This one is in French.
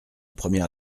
première